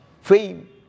Fame